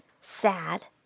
sad